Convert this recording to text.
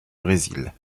brésil